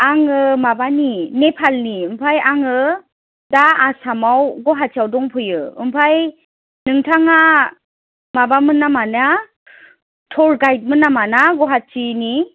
आङो माबानि नेपालनि ओमफाय आङो दा आसामाव गुवाहाटियाव दंफैयो ओमफ्राय नोंथाङा माबामोन नामा ना टुर गाइड मोन नामा ना गुवाहाटिनि